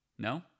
No